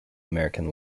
american